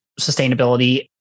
sustainability